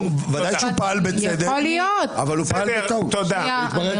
ודאי שהוא פעל בצדק, אבל זה התברר כטעות.